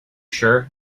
sure